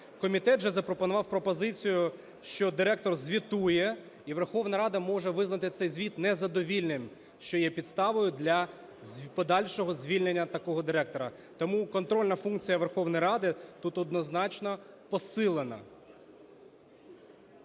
Комітет же запропонував пропозицію, що директор звітує і Верховна Рада може визнати цей звіт незадовільним, що є підставою для подальшого звільнення такого директора. Тому контрольна функція Верховної Ради тут однозначно посилена.